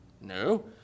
No